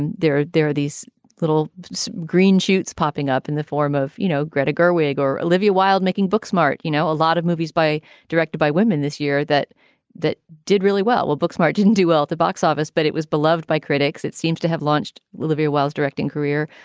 and there there are these little green shoots popping up in the form of, you know, greta gerwig or olivia wilde making book smart, you know, a lot of movies by directed by women this year that that did really well. well, looksmart didn't do well at the box office, but it was beloved by critics. it seems to have launched levere wells directing career.